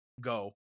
Go